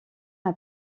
n’a